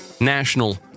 national